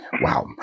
Wow